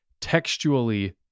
textually